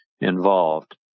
involved